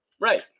right